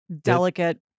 delicate